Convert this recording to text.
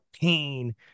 pain